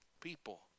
people